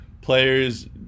players